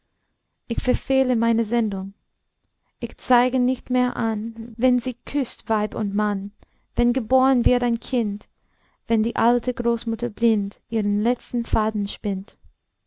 ich verfehle meine sendung ich zeige nicht mehr an wenn sich küßt weib und mann wenn geboren wird ein kind wenn die alte großmutter blind ihren letzten faden spinnt